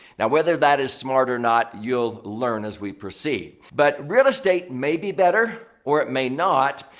now, whether that is smart or not, you'll learn as we proceed. but real estate may be better or it may not.